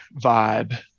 vibe